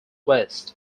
west